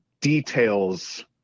details